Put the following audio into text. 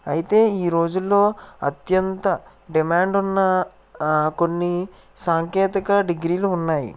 అయితే ఈ రోజుల్లో అత్యంత డిమాండ్ ఉన్న కొన్ని సాంకేతిక డిగ్రీలు ఉన్నాయి